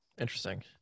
Interesting